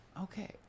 Okay